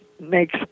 Makes